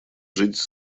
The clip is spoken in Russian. жить